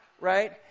right